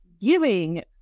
giving